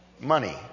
Money